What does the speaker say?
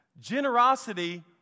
Generosity